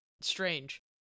Strange